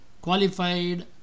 qualified